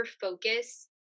focus